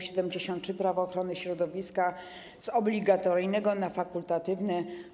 73 Prawa ochrony środowiska, o zmianę z obligatoryjnego na fakultatywny.